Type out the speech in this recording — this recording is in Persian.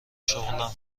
شغلم